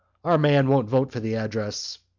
our man won't vote for the address,